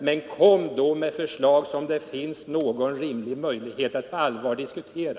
Men kom då med förslag som det finns någon rimlig möjlighet att på allvar diskutera!